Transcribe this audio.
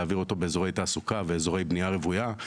להעביר אותו באזורי תעסוקה ובאזורי בנייה רוויה,